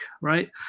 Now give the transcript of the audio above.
right